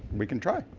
we can try.